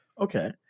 okay